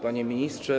Panie Ministrze!